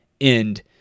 end